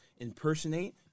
impersonate